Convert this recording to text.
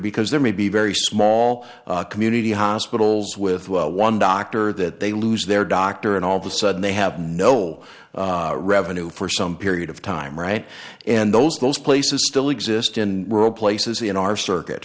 because there may be very small community hospitals with one doctor that they lose their doctor and all of the sudden they have no revenue for some period of time right and those those places still exist in rural places in our circuit